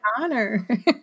honor